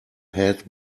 head